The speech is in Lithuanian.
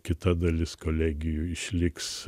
kita dalis kolegijų išliks